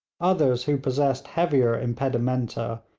others who possessed heavier impedimenta,